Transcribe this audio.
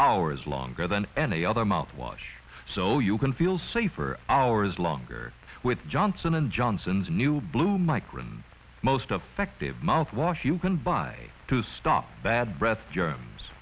hours longer than any other mouthwash so you can feel safer hours longer with johnson and johnson's new blue microphone most of fact of mouthwash you can buy to stop bad breath germs